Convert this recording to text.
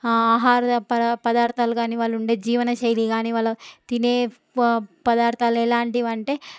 ఆహార పదా పదార్థాలు కానీ వాళ్ళు ఉండే జీవన శైలి కానీ వాళ్ళ తినే ప పదార్థాలు ఎలాంటివి అంటే